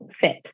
fit